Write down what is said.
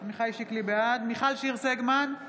מיכל שיר סגמן,